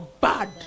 bad